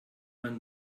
man